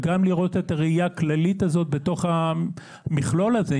וגם לראות את הראייה הכללית הזאת במכלול הזה.